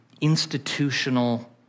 institutional